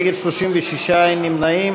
נגד, 36, אין נמנעים.